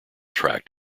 tracked